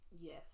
Yes